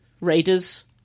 Raiders